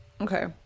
okay